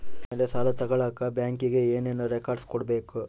ಹೊಲದ ಮೇಲೆ ಸಾಲ ತಗಳಕ ಬ್ಯಾಂಕಿಗೆ ಏನು ಏನು ರೆಕಾರ್ಡ್ಸ್ ಕೊಡಬೇಕು?